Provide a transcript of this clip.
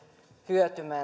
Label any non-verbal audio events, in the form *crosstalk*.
hyötymään *unintelligible*